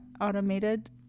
Automated